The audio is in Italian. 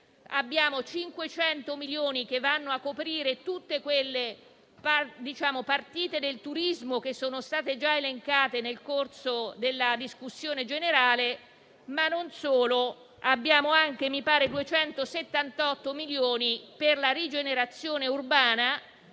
avremo 500 milioni che andranno a coprire tutte quelle partite del turismo che sono state già elencate nel corso della discussione generale. Non solo: abbiamo anche circa 278 milioni per la rigenerazione urbana,